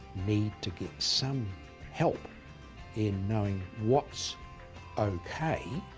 need to get some help in knowing what's ok,